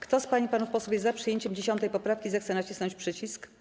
Kto z pań i panów posłów jest za przyjęciem 10. poprawki, zechce nacisnąć przycisk.